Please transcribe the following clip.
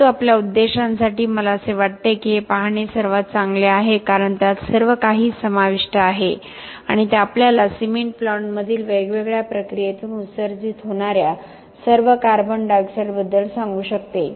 परंतु आमच्या उद्देशांसाठी मला असे वाटते की हे पाहणे सर्वात चांगले आहे कारण त्यात सर्वकाही समाविष्ट आहे आणि ते आम्हाला सिमेंट प्लांटमधील वेगवेगळ्या प्रक्रियेतून उत्सर्जित होणाऱ्या सर्व CO2 बद्दल सांगू शकते